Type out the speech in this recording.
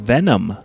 Venom